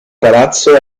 palazzo